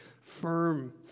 firm